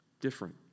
different